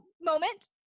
moment